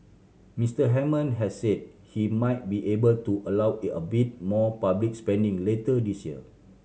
Mister Hammond has said he might be able to allow they a bit more public spending later this year